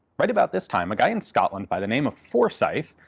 right about this time a guy in scotland by the name of forsyth,